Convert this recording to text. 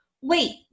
Wait